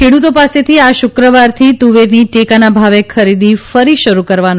ખેડૂતો પાસેથી આ શુક્રવારથી તુવેરની ટેકાના ભાવે ખરીદી ફરી શરૂ કરવાનું